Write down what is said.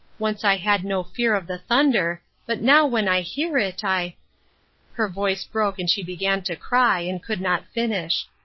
once i had no fear of the thunder, but now when i hear it i her voice broke, and she began to cry, and could not finish.